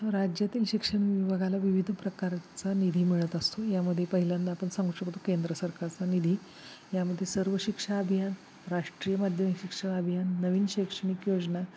राज्यातील शिक्षण विभागाला विविध प्रकारचा निधी मिळत असतो यामध्ये पहिल्यांदा आपण सांगू शकतो केंद्र सरकारचा निधी यामध्ये सर्व शिक्षा अभियान राष्ट्रीय माध्यमिक शिक्षा अभियान नवीन शैक्षणिक योजना